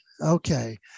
okay